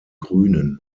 grünen